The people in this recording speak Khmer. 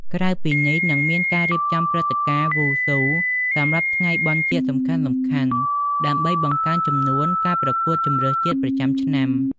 ក្រៅពីនេះនឹងមានការរៀបចំព្រឹត្តិការណ៍វ៉ូស៊ូសម្រាប់ថ្ងៃបុណ្យជាតិសំខាន់ៗ ដើម្បីបង្កើនចំនួនការប្រកួតជម្រើសជាតិប្រចាំឆ្នាំ។